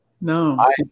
No